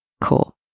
Cool